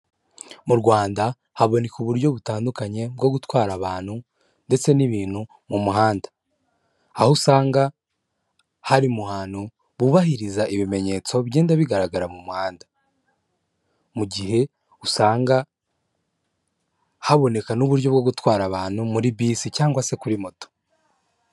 Mu Rwanda haboneka uburyo butandukanye, bwo gutwara abantu ndetse n'ibintu mu muhanda. Aho usanga hari mu hantu bubahiriza ibimenyetso bigenda bigaragara mu muhanda. Mu gihe usanga haboneka n'uburyo bwo gutwara abantu muri bisi cyangwa se kuri moto.